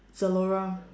Zalora